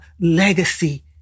legacy